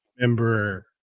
remember